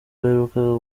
baheruka